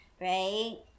right